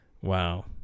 Wow